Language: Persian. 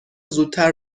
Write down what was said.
زودتر